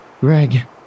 Greg